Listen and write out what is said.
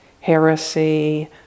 heresy